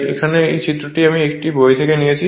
এখানে এই চিত্রটি আমি একটি বই থেকে নিয়েছি